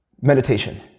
Meditation